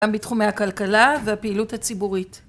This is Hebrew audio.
גם בתחומי הכלכלה והפעילות הציבורית